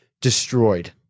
destroyed